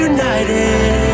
United